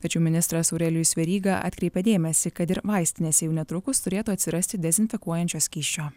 tačiau ministras aurelijus veryga atkreipia dėmesį kad ir vaistinėse jau netrukus turėtų atsirasti dezinfekuojančio skysčio